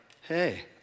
hey